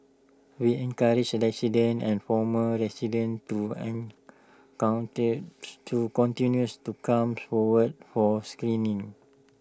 we encourage and former residents to to continues to comes forward for screening